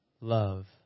love